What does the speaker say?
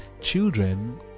children